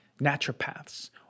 naturopaths